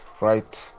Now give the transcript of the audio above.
right